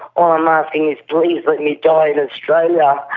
all i'm asking is please let me die in australia.